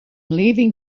leaving